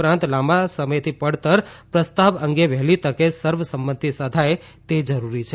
ઉપરાંત લાંબા સમયથી પડતર પ્રસ્તાવ અંગે વહેલી તકે સર્વસંમતિ સધાય તે જરૂરી છે